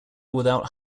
without